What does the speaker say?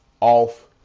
off